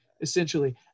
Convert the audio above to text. essentially